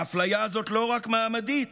האפליה הזאת לא רק מעמדית,